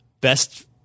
best